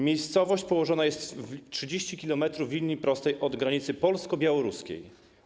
Miejscowość położona jest 30 km w linii prostej od granicy polsko-białoruskiej.